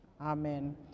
Amen